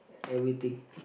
everything